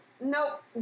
Nope